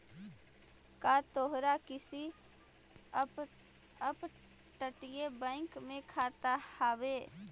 का तोहार किसी अपतटीय बैंक में खाता हाव